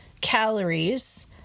calories